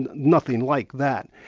and nothing like that.